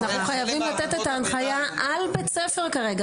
אנחנו חייבים לתת את ההנחיה על בית ספר כרגע,